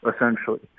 essentially